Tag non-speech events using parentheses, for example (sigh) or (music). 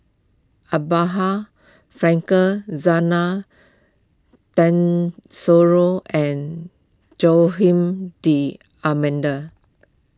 Abraham Frankel Zena (unintelligible) and Joaquim D'Almeida